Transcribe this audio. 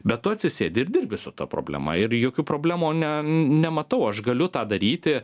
bet tu atsisėdi ir dirbi su ta problema ir jokių problemų ne nematau aš galiu tą daryti